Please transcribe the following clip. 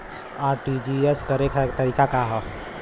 RTGS करे के तरीका का हैं?